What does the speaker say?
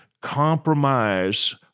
Compromise